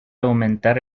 aumentar